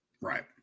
Right